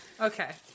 Okay